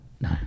No